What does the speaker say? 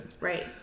Right